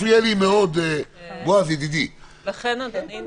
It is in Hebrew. לכן אדוני,